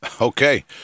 Okay